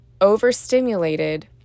overstimulated